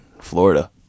Florida